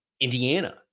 Indiana